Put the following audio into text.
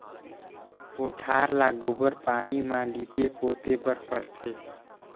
कोठार ल गोबर पानी म लीपे पोते बर परथे